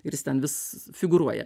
ir jis ten vis figūruoja